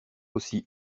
aussi